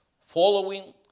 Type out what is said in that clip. following